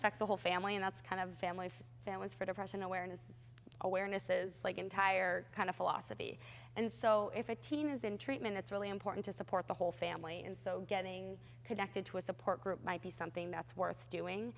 affects the whole family and that's kind of family for families for depression awareness awareness is like entire kind of philosophy and so if a teen is in treatment it's really important to support the whole family and so getting connected to a support group might be something that's worth doing